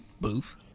Boof